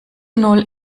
null